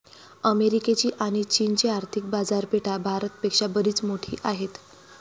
अमेरिकेची आणी चीनची आर्थिक बाजारपेठा भारत पेक्षा बरीच मोठी आहेत